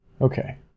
okay